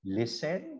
listen